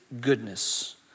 goodness